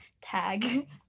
tag